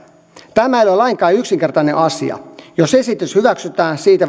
tämä ei ole lainkaan yksinkertainen asia jos esitys hyväksytään siitä